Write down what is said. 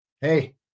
hey